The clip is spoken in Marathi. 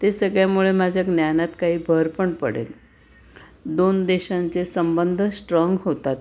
ते सगळ्यामुळे माझ्या ज्ञानात काही भर पण पडेल दोन देशांचे संबंध स्ट्राँग होतात